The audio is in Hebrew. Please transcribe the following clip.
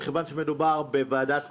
מכיוון שמדובר בוועדת הכספים,